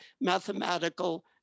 mathematical